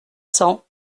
cents